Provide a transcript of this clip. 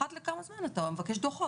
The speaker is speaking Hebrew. אחת לכמה זמן אתה מבקש דוחות.